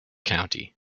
county